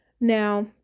Now